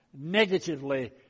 negatively